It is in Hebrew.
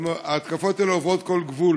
ההתקפות האלה עוברות כל גבול